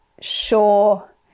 sure